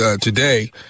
today